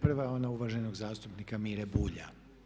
Prva je ona uvaženog zastupnika Mire Bulja.